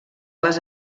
les